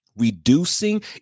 reducing